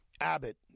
Abbott